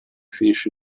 finisce